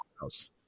house